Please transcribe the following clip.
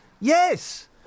Yes